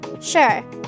Sure